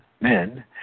men